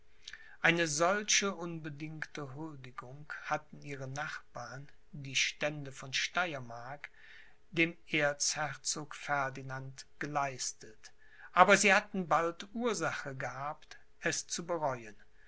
eine solche unbedingte huldigung hatten ihre nachbarn die stände von steyermark dem erzherzog ferdinand geleistet aber sie hatten bald ursache gehabt es zu bereuen